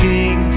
King